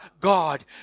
God